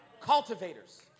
Cultivators